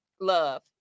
love